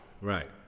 Right